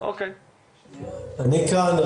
אני כאן,